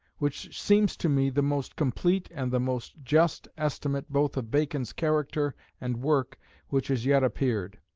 which seems to me the most complete and the most just estimate both of bacon's character and work which has yet appeared